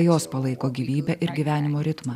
jos palaiko gyvybę ir gyvenimo ritmą